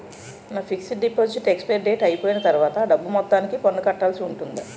నా fixed deposit expiry date అయిపోయిన తర్వాత అ డబ్బు మొత్తానికి పన్ను కట్టాల్సి ఉంటుందా?